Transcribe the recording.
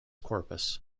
corpus